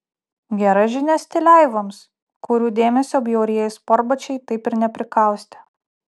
gera žinia stileivoms kurių dėmesio bjaurieji sportbačiai taip ir neprikaustė